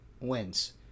wins